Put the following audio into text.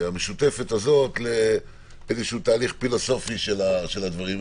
המשותפת הזאת לתהליך פילוסופי של הדברים,